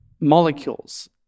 molecules